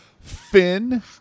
Finn